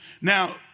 Now